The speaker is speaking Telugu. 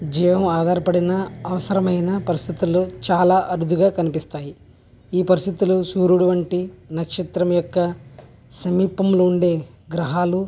జీవం ఆధారపడిన అవసరమైన పరిస్థితులు చాలా అరుదుగా కనిపిస్తాయి ఈ పరిస్థితుల్లో సూర్యుడు వంటి నక్షత్రం యొక్క సమీపంలో ఉండే గ్రహాలు